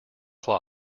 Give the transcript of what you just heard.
ten